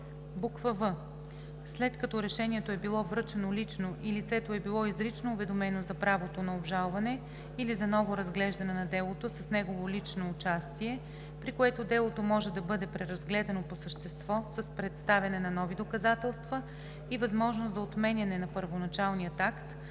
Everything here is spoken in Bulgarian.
в) след като решението е било връчено лично и лицето е било изрично уведомено за правото на обжалване или за ново разглеждане на делото с негово лично участие, при което делото може да бъде преразгледано по същество с представяне на нови доказателства и възможност за отменяне на първоначалния акт,